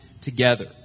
together